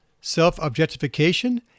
self-objectification